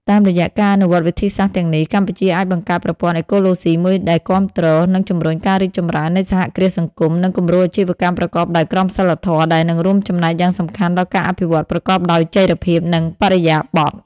តាមរយៈការអនុវត្តវិធីសាស្រ្តទាំងនេះ កម្ពុជាអាចបង្កើតប្រព័ន្ធអេកូឡូស៊ីមួយដែលគាំទ្រ និងជំរុញការរីកចម្រើននៃសហគ្រាសសង្គម និងគំរូអាជីវកម្មប្រកបដោយក្រមសីលធម៌ ដែលនឹងរួមចំណែកយ៉ាងសំខាន់ដល់ការអភិវឌ្ឍប្រកបដោយចីរភាព និងបរិយាបន្ន។